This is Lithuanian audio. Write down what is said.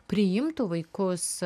priimtų vaikus